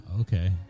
okay